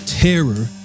Terror